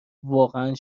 واقعا